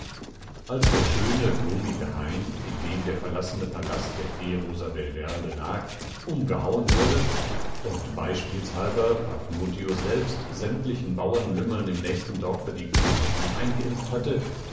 als der schöne blumige hain in dem der verlassene palast der fee rosabelverde lag umgehauen wurde und beispielshalber paphnutius selbst sämtlichen bauerlümmeln im nächsten dorfe die kuhpocken eingeimpft hatte